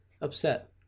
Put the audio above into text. upset